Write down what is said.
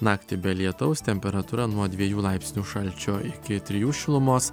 naktį be lietaus temperatūra nuo dviejų laipsnių šalčio iki trijų šilumos